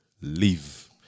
Live